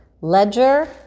ledger